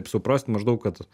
suprast maždaug kad